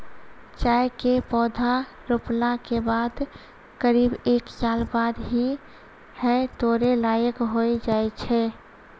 चाय के पौधा रोपला के बाद करीब एक साल बाद ही है तोड़ै लायक होय जाय छै